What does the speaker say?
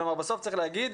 כלומר בסוף צריך להגיד,